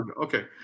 Okay